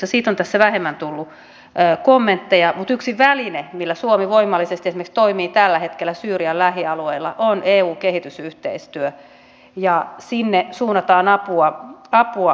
siitä on tässä vähemmän tullut kommentteja mutta yksi väline millä suomi voimallisesti esimerkiksi toimii tällä hetkellä syyrian lähialueilla on eun kehitysyhteistyö ja sinne suunnataan apua paljon